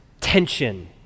tension